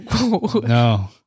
No